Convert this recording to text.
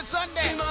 Sunday